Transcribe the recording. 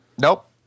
Nope